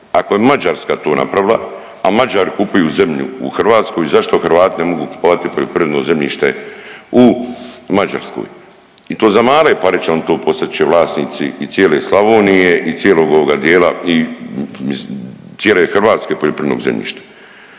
Ako je Mađarska to napravila, a Mađari kupuju zemlju u Hrvatskoj, zašto Hrvati ne mogu kupovati poljoprivredno zemljište u Mađarskoj i to za male pare će on to, postat će vlasnici i cijele Slavonije i cijelog ovoga dijela i cijele Hrvatske poljoprivrednog zemljišta.